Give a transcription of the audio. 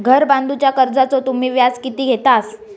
घर बांधूच्या कर्जाचो तुम्ही व्याज किती घेतास?